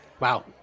Wow